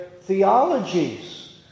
theologies